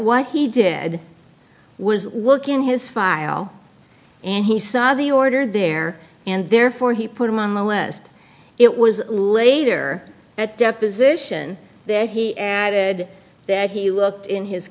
what he did was look in his file and he saw the order there and therefore he put him on the last it was later at deposition there he added that he looked in his